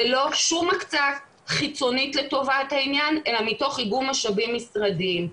ללא שום הקצאה חיצונית לטובת העניין אלא מתוך איגום משאבים משרדיים.